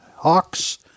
Hawks